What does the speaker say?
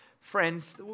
Friends